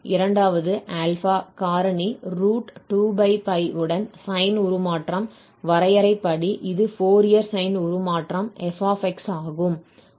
இரண்டாவது α காரணி 2 உடன் சைன் உருமாற்றம் வரையறைப்படி இது ஃபோரியர் சைன் உருமாற்றம் f ஆகும்